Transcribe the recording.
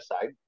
side